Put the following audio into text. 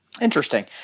Interesting